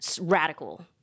radical